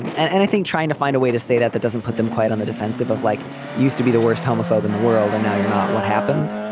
and and and i think trying to find a way to say that that doesn't put them quite on the defensive of like used to be the worst homophobe in the world and now you're not what happened.